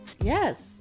yes